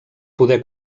poder